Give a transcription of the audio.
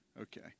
Okay